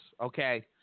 okay